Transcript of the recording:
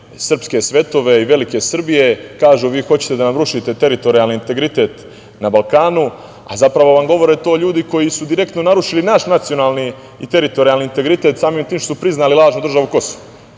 srpske svetove i velike Srbije, kažu – vi hoćete da nam rušite teritorijalni integritet na Balkanu, a zapravo vam govore to ljudi koji su narušili naš nacionalni i teritorijalni integritet samim tim što su priznali lažnu državu Kosovo.